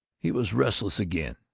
he was restless again,